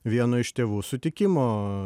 vieno iš tėvų sutikimo